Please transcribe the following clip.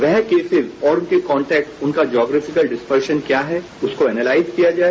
वह केसेज और उनके कॉन्टेक्टस उनका जोग्रिफिक्ल डिस्पर्जन क्या है उसको एनालाइज किया जाए